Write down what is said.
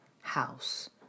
house